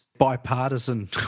bipartisan